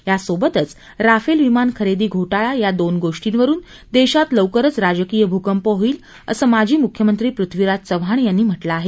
या सोबतच राफेल विमान खरेदी घोटाळा या दोन गोष्टींवरून देशात लावकाराज राजकीय भूकंप होईल असं माजी मुख्यमंत्री पृथ्वीराज चव्हाण यांनी म्हटलं आहे